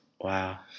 Wow